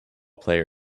player